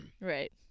Right